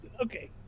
Okay